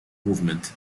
movement